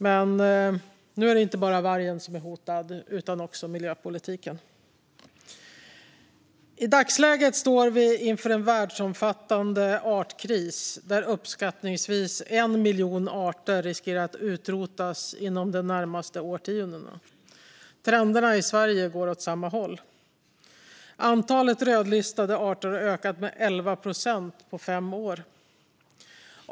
Men nu är inte bara vargen hotad utan också miljöpolitiken. I dagsläget står vi inför en världsomfattande artkris, där uppskattningsvis 1 miljon arter riskerar att utrotas inom de närmaste årtiondena. Trenden i Sverige går åt samma håll. Antalet rödlistade arter har ökat med 11 procent på fem år.